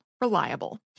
Reliable